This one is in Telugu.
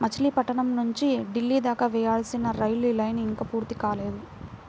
మచిలీపట్నం నుంచి ఢిల్లీ దాకా వేయాల్సిన రైలు లైను ఇంకా పూర్తి కాలేదు